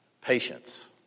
patience